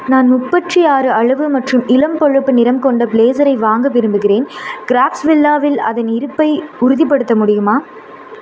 நான் முப்பத்தி ஆறு அளவு மற்றும் இளம் பழுப்பு நிறம் கொண்ட ப்ளேசரை வாங்க விரும்புகிறேன் கிராஃப்ட்ஸ்வில்லாவில் அதன் இருப்பை உறுதிப்படுத்த முடியுமா